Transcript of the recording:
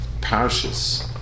parishes